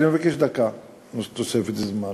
אני מבקש דקה תוספת זמן.